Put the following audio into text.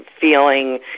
feeling